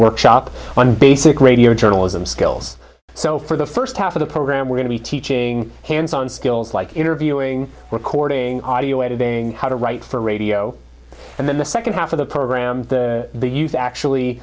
workshop on basic radio journalism skills so for the first time for the program we're going to be teaching hands on skills like interviewing recording audio editing how to write for radio and then the second half of the program the youth actually